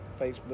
facebook